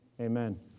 amen